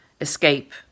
escape